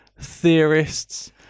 theorists